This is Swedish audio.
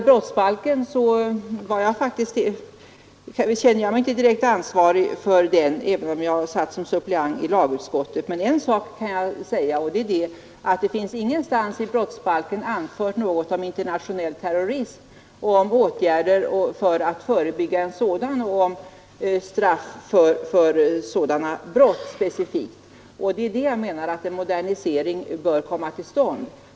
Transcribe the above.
Brottsbalken känner jag mig inte direkt ansvarig för, även om jag var suppleant i lagutskottet. Men en sak kan jag säga, och det är att det ingenstans i brottsbalken finns någonting anfört om internationell terrorism, om åtgärder för att förebygga sådan eller om straff speciellt för sådana brott. Det är det jag menar när jag säger att en modernisering bör komma till stånd.